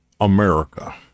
America